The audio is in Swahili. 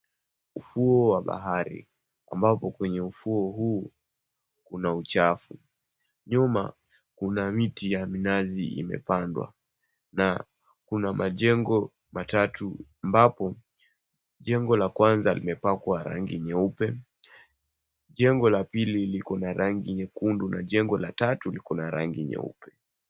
Ufuo wa bahari ambapo kwenye ufuo huu kuna uchafu. Nyuma kuna miti ya minazi imepandwa na kuna majengo matatu ambapo jengo la kwanza limepakwa rangi nyeupe, jengo la pili liko na rangi ya nyekundu na jengo la tatu liko na rangi nyeupe.